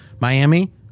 Miami